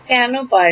কেন পারে